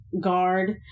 guard